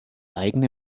eigene